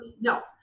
no